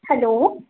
hello